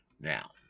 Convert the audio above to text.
Now